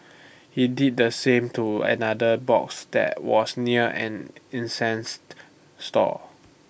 he did the same to another box that was near an incense stall